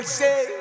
say